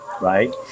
right